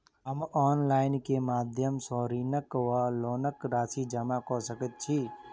हम ऑनलाइन केँ माध्यम सँ ऋणक वा लोनक राशि जमा कऽ सकैत छी?